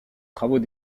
travaux